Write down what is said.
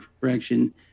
correction